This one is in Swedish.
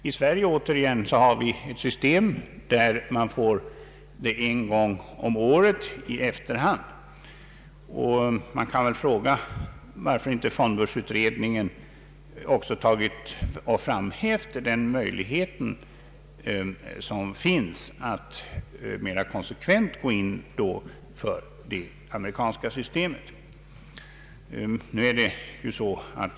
I Sverige sker utbetalning en gång om året i efterhand, och frågan kan väl ställas varför inte fondbörsutredningen också framhävt möjligheten att mera konsekvent gå in för det amerikanska systemet.